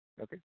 Okay